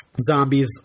Zombies